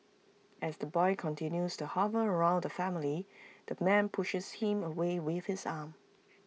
as the boy continues to hover around the family the man pushes him away with his arm